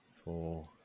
Four